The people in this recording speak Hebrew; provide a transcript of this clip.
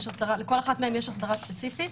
לכל אחד מהם יש הסדרה ספציפי.